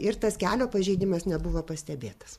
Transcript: ir tas kelio pažeidimas nebuvo pastebėtas